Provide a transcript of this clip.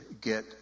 get